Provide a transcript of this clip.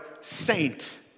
saint